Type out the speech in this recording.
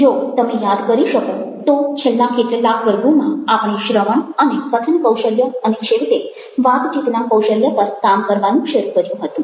જો તમે યાદ કરી શકો તો છેલ્લા કેટલાક વર્ગોમાં આપણે શ્રવણ અને કથન કૌશલ્ય અને છેવટે વાતચીતના કૌશલ્ય પર કામ કરવાનું શરૂ કર્યું હતું